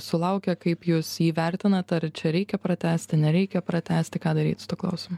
sulaukia kaip jūs jį vertinat ar čia reikia pratęsti nereikia pratęsti ką daryt su tuo klausimu